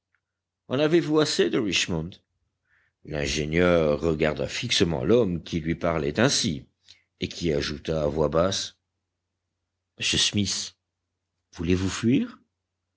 en avez-vous assez de richmond l'ingénieur regarda fixement l'homme qui lui parlait ainsi et qui ajouta à voix basse monsieur smith voulez-vous fuir